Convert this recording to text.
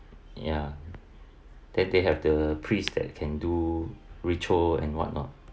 ya then they have the priest that can do ritual and whatnot